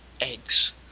eggs